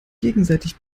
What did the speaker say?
gegenseitig